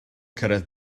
cyrraedd